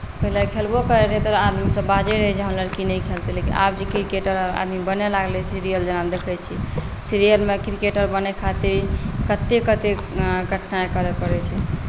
पहिले खेलबो करैत रहै तऽ आदमीसभ बाजैत रहै जे हँ लड़की नहि खेलतै लेकिन आब जे क्रिकेटर आदमी बनय लागल छै सिरियल जेना देखैत छी सीरियलमे क्रिकेटर बनय खातिर कतेक कतेक कठिनाइ करय पड़ैत छै